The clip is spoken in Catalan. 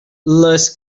les